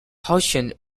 hussein